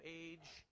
age